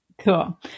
cool